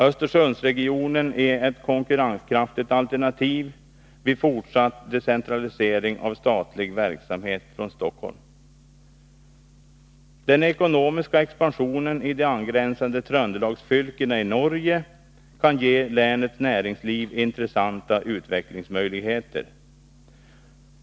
Östersundsregionen är ett konkurrenskraftigt alternativ vid fortsatt decentralisering av statlig verksamhet från Stockholm. Den ekonomiska expansionen i de angränsande Tröndelagsfylkena i Norge kan ge länets näringsliv intressanta utvecklingsmöjligheter.